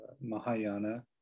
Mahayana